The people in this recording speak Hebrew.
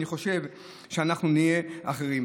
אני חושב שאנחנו נהיה אחרים.